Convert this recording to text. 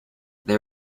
they